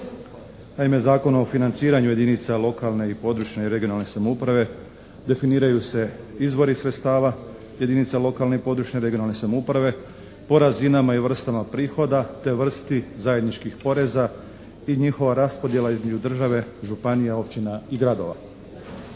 Naime Zakon o financiranju jedinica lokalne i područne /regionalne/ samouprave definiraju se izvori sredstava jedinica lokalne i područne /regionalne/ samouprave po razinama i vrstama prihoda te vrsti zajedničkih poreza i njihova raspodjela između države, županija, općina i gradova.